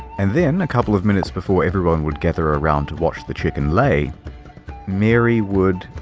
and then, a couple of minutes before everyone would gather around to watch the chicken lay mary would.